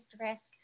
risk